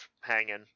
hanging